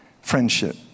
friendship